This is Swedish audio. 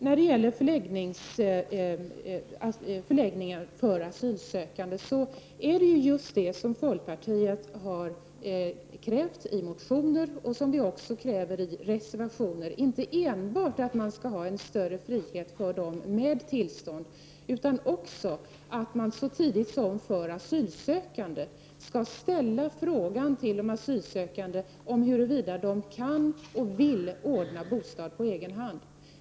När det gäller förläggningar för asylsökande har folkpartiet krävt sådana i motioner och reservationer, inte enbart för att asylsökande med tillstånd skall ha en större frihet utan också för att man lika tidigt som för de asylsökande skall fråga flyktingarna huruvida de kan och vill ordna bostad på egen hand.